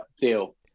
deal